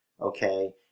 Okay